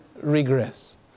regress